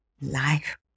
life